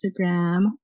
Instagram